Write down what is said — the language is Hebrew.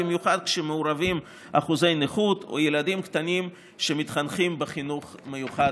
במיוחד כשמעורבים אחוזי נכות או ילדים קטנים שמתחנכים בחינוך מיוחד,